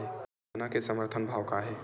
चना के समर्थन भाव का हे?